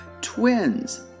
Twins